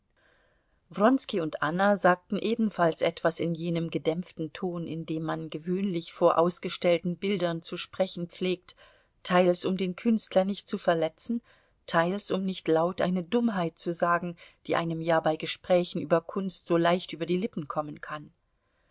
und anna sagten ebenfalls etwas in jenem gedämpften ton in dem man gewöhnlich vor ausgestellten bildern zu sprechen pflegt teils um den künstler nicht zu verletzen teils um nicht laut eine dummheit zu sagen die einem ja bei gesprächen über kunst so leicht über die lippen kommen kann